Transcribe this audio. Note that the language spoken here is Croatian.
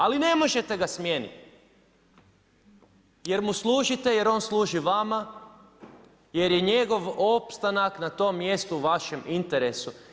Ali ne možete ga smijeniti jer mu služite, jer on služi vama, jer je njegov opstanak na tom mjestu u vašem interesu.